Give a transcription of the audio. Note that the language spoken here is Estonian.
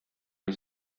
või